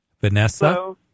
Vanessa